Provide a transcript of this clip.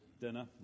dinner